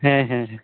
ᱦᱮᱸ ᱦᱮᱸ